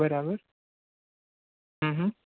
બરાબર હ હ